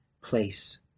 place